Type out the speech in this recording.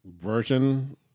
version